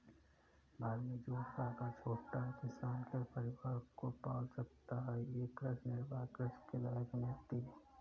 भारत में जोत का आकर छोटा है, किसान केवल परिवार को पाल सकता है ये कृषि निर्वाह कृषि के दायरे में आती है